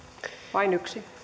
vain yksi